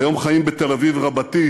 היום חיים בתל-אביב רבתי